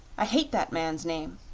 i hate that man's name.